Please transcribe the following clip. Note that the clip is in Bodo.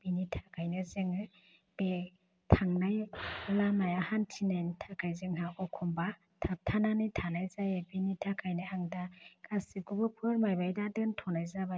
बेनि थाखायनो जोङो बे थांनाय लामाया हान्थिनायनि थाखाय जोंहा अखमबा थाबथानानै थानाय जायो बिनि थाखायनो आं दा गासैखौबो फोरमायबाय दा दोन्थ'नाय जाबाय